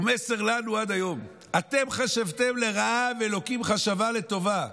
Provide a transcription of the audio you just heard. הוא מסר לנו עד היום: אתם חשבתם לרעה ואלוקים חשבה לטובה.